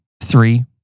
three